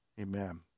amen